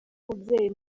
umubyeyi